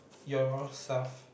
yourself